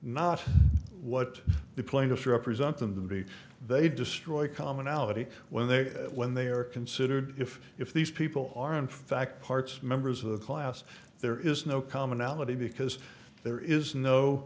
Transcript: not what the plaintiffs represent them to be they destroy commonality when they when they are considered if if these people are in fact parts members of the class there is no commonality because there is no